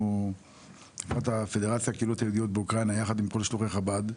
אנחנו --- פדרציה הקהילות היהודיות באוקראינה יחד עם כל שלוחי חב"ד,